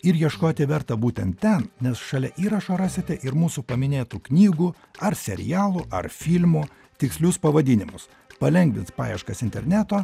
ir ieškoti verta būtent ten nes šalia įrašo rasite ir mūsų paminėtų knygų ar serialų ar filmų tikslius pavadinimus palengvins paieškas interneto